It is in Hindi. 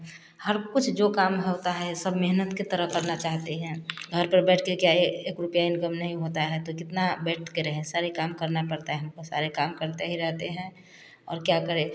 हर कुछ जो काम होता है सब मेहनत की तरह करना चाहते हैं घर पर बैठ के क्या ही एक रुपया इनकम नहीं होता है तो कितना बैठ कर रहें सारे काम करना पड़ता है हमको सारे काम करते ही रहते हैं और क्या करें